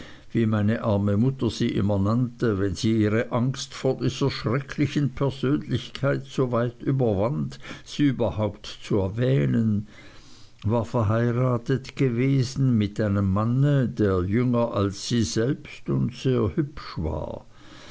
wie meine arme mutter sie immer nannte wenn sie ihre angst vor dieser schrecklichen persönlichkeit so weit überwand sie überhaupt zu erwähnen war verheiratet gewesen mit einem manne der jünger als sie selbst und sehr hübsch war